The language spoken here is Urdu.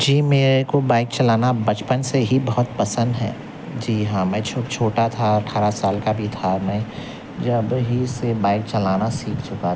جی میرے کو بائک چلانا بچپن سے ہی بہت پسند ہے جی ہاں میں جب چھوٹا تھا اٹھارہ سال کا بھی تھا میں جب ہی سے بائک چلانا سیکھ چکا تھا